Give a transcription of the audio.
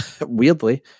weirdly